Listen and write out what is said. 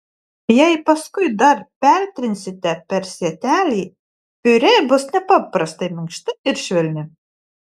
jei paskui dar pertrinsite per sietelį piurė bus nepaprastai minkšta ir švelni